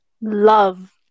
love